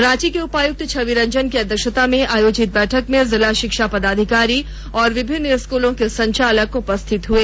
रांची के उपायक्त छवि रंजन की अध्यक्षता में आयोजित बैठक में जिला शिक्षा पदाधिकारी एवं विभिन्न स्कूलों के संचालक उपस्थित हए